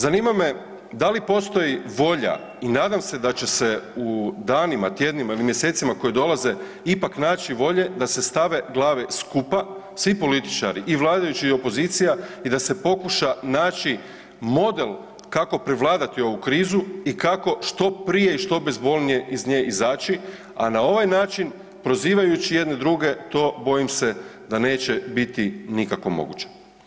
Zanima me da li postoji volja i nadam se da će se u danima, tjednima ili mjesecima koje dolaze ipak naći volje da se stave glave skupa svi političari i vladajući i opozicija i da se pokuša naći model kako prevladati ovu krizu i kako što prije i što bezbolnije iz nje izaći, a na ovaj način prozivajući jedni druge to bojim se da neće biti nikako moguće?